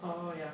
oh yeah